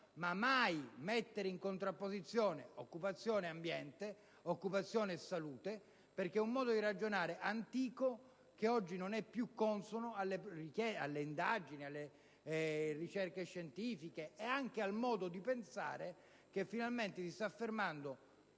mai mettere in contrapposizione occupazione ed ambiente, occupazione e salute. Questo, infatti, è un modo di ragionare antico, oggi non più consono alle indagini e alle ricerche scientifiche, e anche al modo di pensare che finalmente si sta affermando